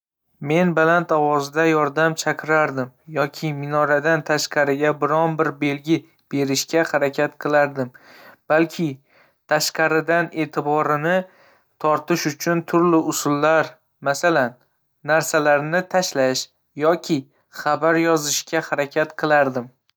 Men baland ovozda yordam chaqirardim yoki minoradan tashqariga biron-bir belgi berishga harakat qilardim. Balki, tashqaridan e'tiborini tortish uchun turli usullar, masalan, narsalarni tashlash yoki xabar yozishga harakat qilardim.